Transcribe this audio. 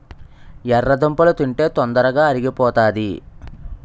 ఎర్రదుంపలు తింటే తొందరగా అరిగిపోతాది